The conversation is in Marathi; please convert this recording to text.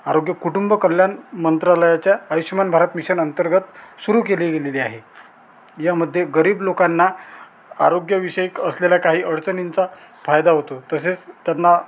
आरोग्य कुटुंब कल्याण मंत्रालयाच्या आयुषमान भारत मिशन अंतर्गत सुरू केली गेलेली आहे यामध्ये गरीब लोकांना आरोग्यविषयक असलेल्या काही अडचणींचा फायदा होतो तसेच त्यांना